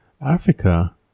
Africa